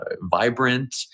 vibrant